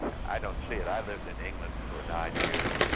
i don't see it. i lived in england for nine years,